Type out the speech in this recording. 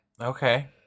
Okay